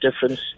difference